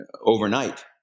overnight